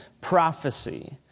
prophecy